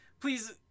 please